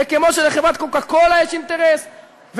זה כמו שלחברת "קוקה-קולה" יש אינטרס,